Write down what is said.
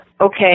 okay